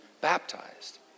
baptized